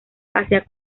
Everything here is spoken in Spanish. hacia